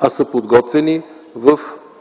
а са подготвени в